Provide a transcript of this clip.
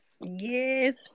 Yes